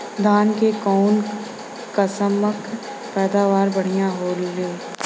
धान क कऊन कसमक पैदावार बढ़िया होले?